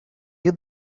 you